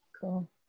Cool